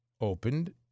opened